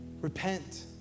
Repent